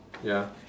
ya